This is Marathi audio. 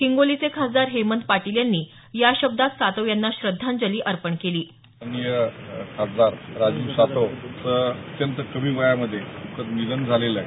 हिंगोलीचे खासदार हेमंत पाटील यांनी या शब्दांत सातव यांना श्रद्धांजली अर्पण केली माननीय खासदार राजीव सातव यांचं अत्यंत कमी वयामधे दःखद निधन झालेलंय